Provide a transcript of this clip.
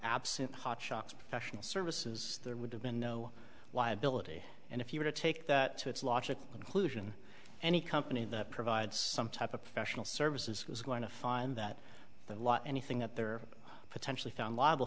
absent hotshots professional services there would have been no liability and if you were to take that to its logical conclusion any company that provides some type of professional services is going to find that the law anything that there are potentially found liable